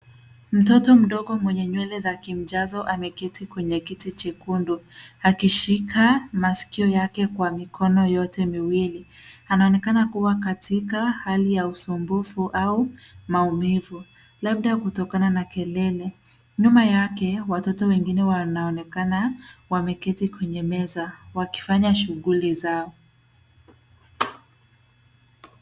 Mtoto mdogo mwenye nywele za kimjazo ameketi kwenye kiti chekundu akishika masikio yake kwa mikono yote miwili. Anaonekana kuwa katika hali ya usumbufu au maumivu, labda kutokana na kelele. Nyuma yake watoto wengine wanaonekana wameketi kwenye meza wakifanya shughuli zao.